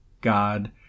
God